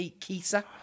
Kisa